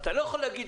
אז אתה לא יכול להגיד